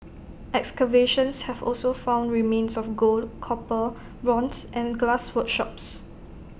excavations have also found remains of gold copper bronze and glass workshops